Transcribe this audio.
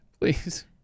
please